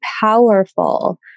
powerful